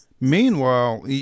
meanwhile